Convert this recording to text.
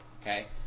okay